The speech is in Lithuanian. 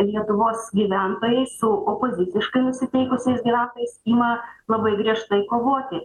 lietuvos gyventojais su opoziciškai nusiteikusiais gyventojais ima labai griežtai kovoti